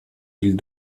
ils